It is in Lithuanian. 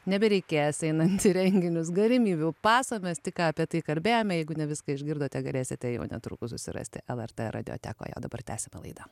nebereikės einant į renginius galimybių paso mes tik ką apie tai kalbėjome jeigu ne viską išgirdote galėsite jau netrukus susirasti lrt radiotekoje o dabar tęsiame laidą